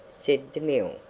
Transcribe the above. said demille.